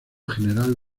general